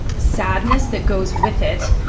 sadness that goes with it,